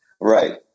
Right